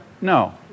No